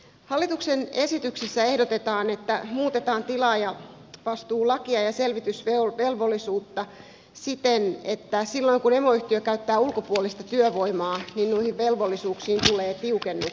hallituksen esityksessä ehdotetaan että muutetaan tilaajavastuulakia ja selvitysvelvollisuutta siten että silloin kun emoyhtiö käyttää ulkopuolista työvoimaa noihin velvollisuuksiin tulee tiukennuksia